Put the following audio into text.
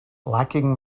lacking